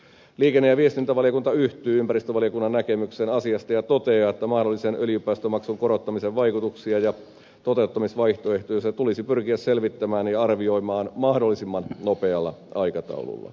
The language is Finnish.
liikenne ja viestintävaliokunta yhtyy ympäristövaliokunnan näkemykseen asiasta ja toteaa että mahdollisen öljypäästömaksun korottamisen vaikutuksia ja toteuttamisvaihtoehtoja tulisi pyrkiä selvittämään ja arvioimaan mahdollisimman nopealla aikataululla